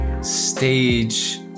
stage